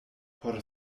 por